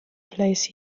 place